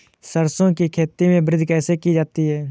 सरसो की खेती में वृद्धि कैसे की जाती है?